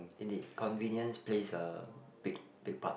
indeed convenience plays a big big part